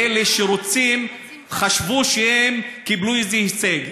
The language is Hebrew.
באלה שחשבו שהם קיבלו איזה הישג.